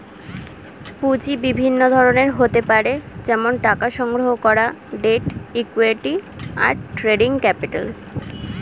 পুঁজি বিভিন্ন ধরনের হতে পারে যেমন টাকা সংগ্রহণ করা, ডেট, ইক্যুইটি, আর ট্রেডিং ক্যাপিটাল